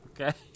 Okay